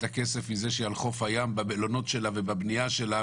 הכסף מזה שעל חוף הים יש את המלונות שלה ואת הבנייה שלה,